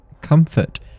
comfort